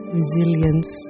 resilience